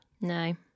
No